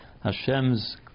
Hashem's